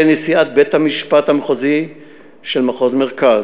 נשיאת בית-המשפט המחוזי של מחוז מרכז.